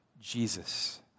Jesus